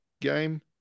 game